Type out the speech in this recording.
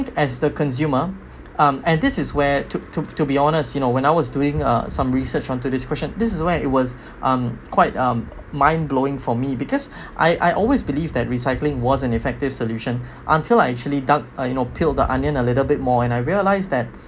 as the consumer um and this is where to~ to be honest you know when I was doing uh some research on to this question this is where it was uh quite uh mind blowing for me because I I always believe that recycling was an effective solution until I actually dug you know peeled the onion a little bit more and I realise that